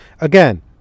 again